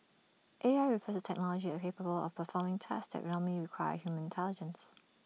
A I refers to technology A capable of performing tasks that normally require human intelligence